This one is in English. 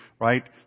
right